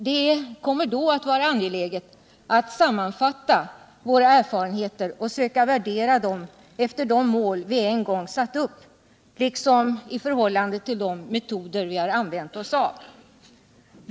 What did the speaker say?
Det kommer då att vara angeläget att sammanfatta våra erfarenheter och söka värdera dem med hänsyn till de mål som vi en gång satt upp och till de metoder vi har använt oss av.